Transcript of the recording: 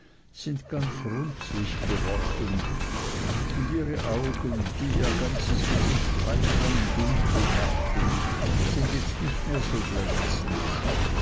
sind ganz runzlig geworden und ihre augen die ihr ganzes gesicht weithin dunkel machten sind jetzt nicht mehr so glänzend